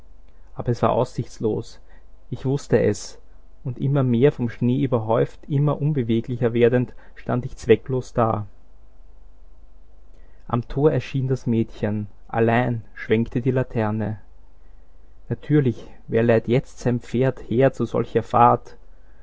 aber es war aussichtslos ich wußte es und immer mehr vom schnee überhäuft immer unbeweglicher werdend stand ich zwecklos da am tor erschien das mädchen allein schwenkte die laterne natürlich wer leiht jetzt sein pferd her zu solcher fahrt